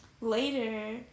later